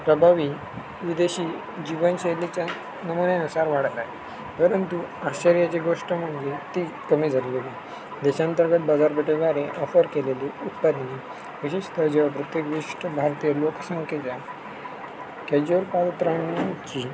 प्रभावी देशी जीवनशैलीच्या नमुन्यानुसार वाढत आहे परंतु आश्चर्याची गोष्ट म्हणजे ती कमी झालेली देशांतर्गत बाजारपेठेद्वारे ऑफर केलेली उत्पादने विशेष दर्जेव प्रत्येक विशिष्ट भारतीय लोकसंख्येच्या केज्यूअल पादत्राणांची